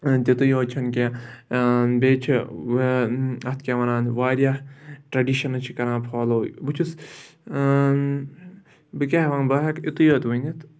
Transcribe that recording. تِتُے یوت چھِنہٕ کینٛہہ بیٚیہِ چھِ اَتھ کیٛاہ وَنان واریاہ ٹرٛڈِشَنٕز چھِ کَران فالو بہٕ چھُس بہٕ کیٛاہ وَنہٕ بہٕ ہٮ۪کہٕ یُتُے یوت ؤنِتھ